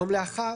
יום לאחר